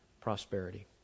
prosperity